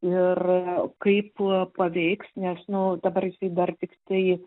ir kaip paveiks nes nu dabar jisai dar tiktai